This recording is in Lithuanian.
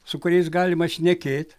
su kuriais galima šnekėt